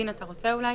דין, אתה רוצה לפרט איך